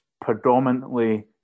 predominantly